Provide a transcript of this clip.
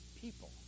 people